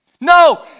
No